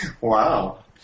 Wow